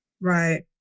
Right